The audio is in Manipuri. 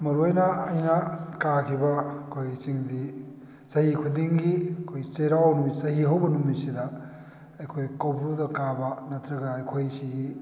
ꯃꯔꯨ ꯑꯣꯏꯅ ꯑꯩꯅ ꯀꯥꯈꯤꯕ ꯑꯩꯈꯣꯏ ꯆꯤꯡꯗꯤ ꯆꯍꯤ ꯈꯨꯗꯤꯡꯒꯤ ꯑꯩꯈꯣꯏ ꯆꯩꯔꯥꯎ ꯅꯨꯃꯤꯠ ꯆꯍꯤ ꯍꯧꯕ ꯅꯨꯃꯤꯠꯁꯤꯗ ꯑꯩꯈꯣꯏ ꯀꯧꯕ꯭ꯔꯨꯗ ꯀꯥꯕ ꯅꯠꯇ꯭ꯔꯒ ꯑꯩꯈꯣꯏꯁꯤ